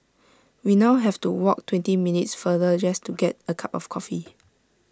we now have to walk twenty minutes farther just to get A cup of coffee